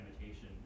invitation